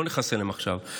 לא נכנס אליהם עכשיו.